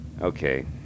Okay